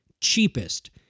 Cheapest